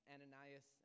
Ananias